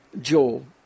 Joel